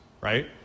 right